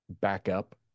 backup